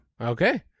Okay